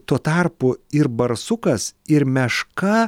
tuo tarpu ir barsukas ir meška